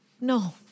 No